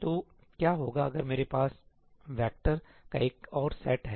तो क्या होगा अगर मेरे पास वैक्टर का एक और सेट है